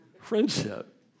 Friendship